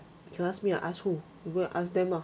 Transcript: you ask me I ask who you go and ask them lah